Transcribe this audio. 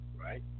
right